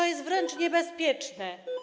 To jest wręcz niebezpieczne.